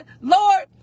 Lord